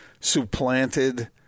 supplanted